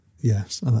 yes